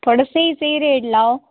थोह्ड़े स्हेई स्हेई रेट लाओ